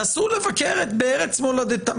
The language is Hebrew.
נסעו לבקר בארץ מולדתם,